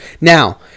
Now